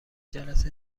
جلسه